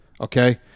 okay